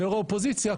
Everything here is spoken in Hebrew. ויו"ר האופוזיציה,